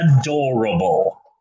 adorable